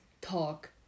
talk